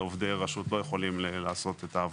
עובדי הרשות לא יכולים לעשות את העבודה הזאת.